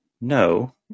No